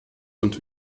und